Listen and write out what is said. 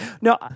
No